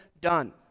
done